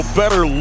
better